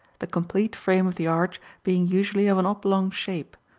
the complete frame of the arch being usually of an oblong shape,